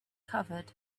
covered